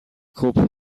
couple